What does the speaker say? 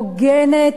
הוגנת,